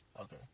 Okay